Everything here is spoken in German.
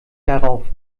darauf